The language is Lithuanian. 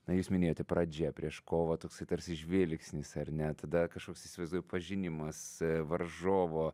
na jūs minėjote pradžia prieš kovą toksai tarsi žvilgsnis ar ne tada kažkoks įsivaizduoju pažinimas varžovo